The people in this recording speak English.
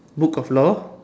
book of law